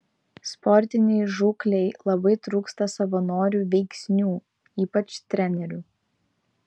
sportinei žūklei labai trūksta savanorių veiksnių ypač trenerių